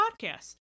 podcast